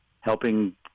helping